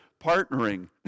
partnering